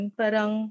parang